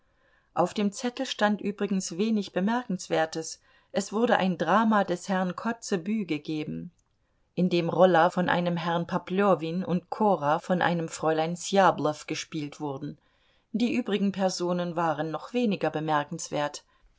auf dem zettel stand übrigens wenig bemerkenswertes es wurde ein drama des herrn kotzebue gegeben in dem rolla von einem herrn popljowin und kora von einem fräulein sjablow gespielt wurden die übrigen personen waren noch weniger bemerkenswert